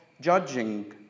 judging